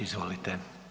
Izvolite.